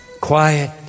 Quiet